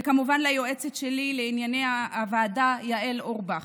וכמובן ליועצת שלי לענייני הוועדה יעל אורבך.